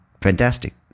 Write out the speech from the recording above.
fantastic